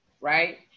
right